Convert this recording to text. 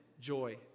joy